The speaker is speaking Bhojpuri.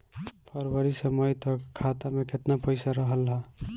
फरवरी से मई तक खाता में केतना पईसा रहल ह?